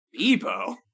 Bebo